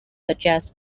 suggest